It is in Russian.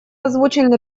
озвучен